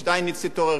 שטייניץ תתעורר,